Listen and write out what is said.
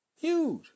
Huge